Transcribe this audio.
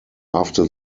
after